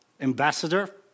ambassador